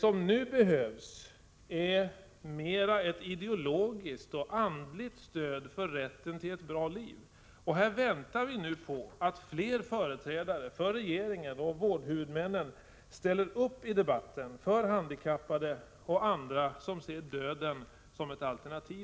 Nu behövs stöd och hjälp för att leva — inte att dö. Ytterst är det människovärdet som står på spel.